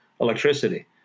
electricity